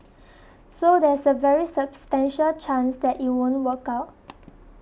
so there's a very substantial chance that it won't work out